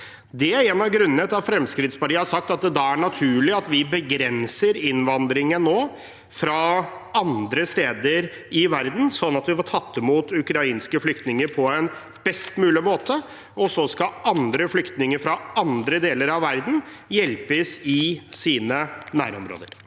Det er en av grunnene til at Fremskrittspartiet har sagt at det er naturlig at vi nå begrenser innvandringen fra andre steder i verden, slik at vi får tatt imot ukrainske flyktninger på en best mulig måte. Så skal andre flyktninger, fra andre deler av verden, hjelpes i sine nærområder.